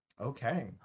Okay